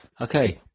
Okay